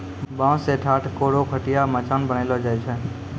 बांस सें ठाट, कोरो, खटिया, मचान बनैलो जाय छै